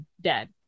dead